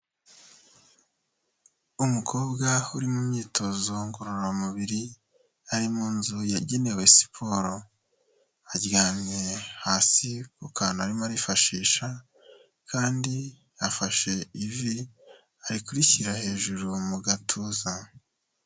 Umukobwa uri mu myitozo ngororamubiri ,ari mu nzu yagenewe siporo, aryamye hasi ku kantu arimo arifashisha, kandi yafashe ivi ari kurishyira hejuru mu gatuza.